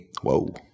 Whoa